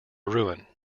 ruin